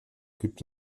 gibt